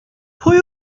pwy